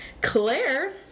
Claire